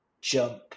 jump